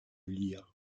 lire